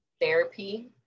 therapy